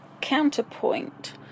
Counterpoint